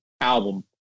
album